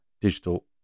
digital